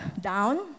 down